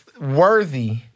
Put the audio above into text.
worthy